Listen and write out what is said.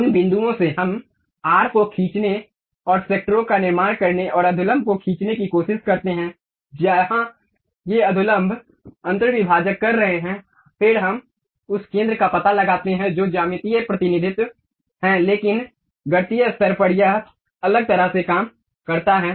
उन बिंदुओं से हम आर्क को खींचने और सेक्टरों का निर्माण करने और अधोलंब को खींचने की कोशिश करते हैं जहां ये अधोलंब अन्तर्विभाजक कर रहे हैं फिर हम उस केंद्र का पता लगाते हैं जो ज्यामितीय प्रतिनिधित्व है लेकिन गणितीय स्तर पर यह अलग तरह से काम करता है